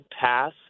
pass